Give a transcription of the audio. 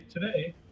today